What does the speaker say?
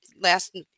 last